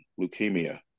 leukemia